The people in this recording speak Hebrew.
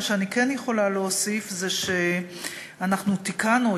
מה שאני כן יכולה להוסיף זה שאנחנו תיקנו,